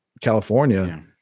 California